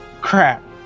Crap